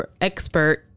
expert